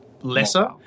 lesser